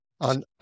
on